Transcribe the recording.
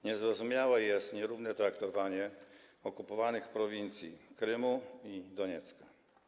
Niezrozumiałe jest nierówne traktowanie okupowanych prowincji Krymu i Doniecka.